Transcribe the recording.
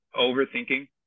overthinking